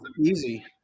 easy